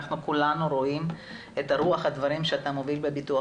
כולנו רואים את רוח הדברים שאתה מוביל בביטוח